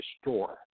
store